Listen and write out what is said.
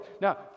Now